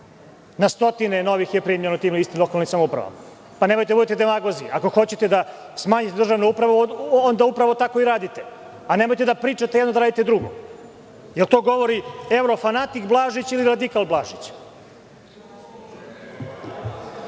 Na stotine novih je primljeno u tim istim lokalnim samoupravama. Nemojte da budete demagozi. Ako hoćete da smanjite državnu upravu, onda upravo tako i radite. Nemojte da pričate jedno, a da radite drugo. Da li to govori evro-fanatik Blažić ili radikal Blažić?